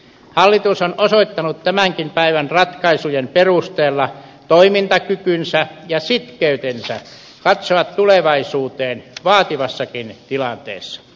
hallitus on osoittanut tämänkin päivän ratkaisujen perusteella toimintakykynsä ja sitkeytensä katsoa tulevaisuuteen vaativassakin tilanteessa